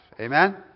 Amen